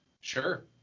Sure